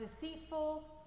deceitful